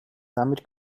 damit